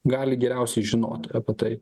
gali geriausiai žinoti apie tai